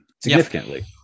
significantly